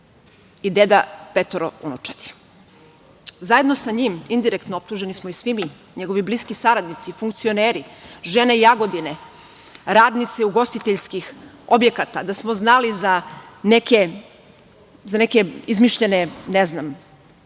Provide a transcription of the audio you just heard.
i deda petoro unučadi. Zajedno sa njim, indirektno, optuženi smo i svi mi, njegovi bliski saradnici, funkcioneri, žene Jagodine, radnice ugostiteljskih objekata. Da smo znali za neke izmišljene žurke,